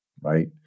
Right